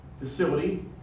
facility